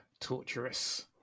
torturous